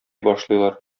башлыйлар